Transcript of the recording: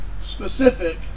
specific